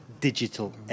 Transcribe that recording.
digital